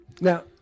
Now